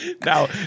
Now